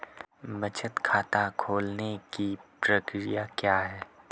बचत खाता खोलने की प्रक्रिया क्या है?